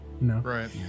right